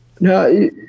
No